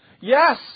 Yes